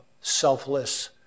selfless